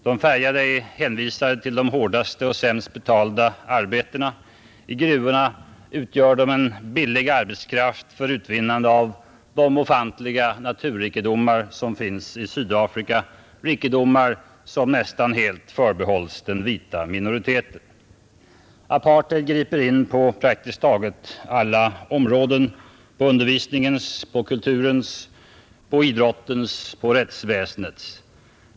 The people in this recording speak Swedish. De färgade är hänvisade till de hårdaste och sämst betalda arbetena. I gruvorna utgör de en billig arbetskraft för utvinnande av de ofantliga naturrikedomar som finns i Sydafrika, rikedomar som nästan helt förbehålls den vita minoriteten. Apartheid griper in på praktiskt taget alla områden: undervisning, kultur, sport, rättsväsende.